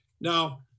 Now